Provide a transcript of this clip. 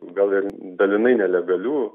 gal ir dalinai nelegalių